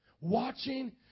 Watching